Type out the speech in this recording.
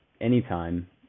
anytime